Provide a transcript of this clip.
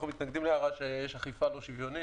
אנחנו מתנגדים לאמירה שיש אכיפה לא שוויונית.